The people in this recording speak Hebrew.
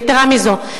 יתירה מזו,